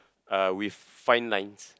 uh with fine lines